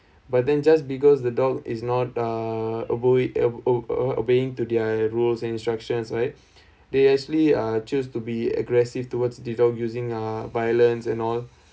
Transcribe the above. but then just because the dog is not uh obey obeying to their rules and instructions right they actually uh choose to be aggressive towards the dogs using uh violence and all